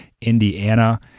Indiana